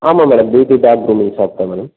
ஆமாம் madam beauty dog grooming shop தான் madam